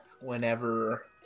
whenever